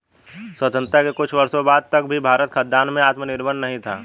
स्वतंत्रता के कुछ वर्षों बाद तक भी भारत खाद्यान्न में आत्मनिर्भर नहीं था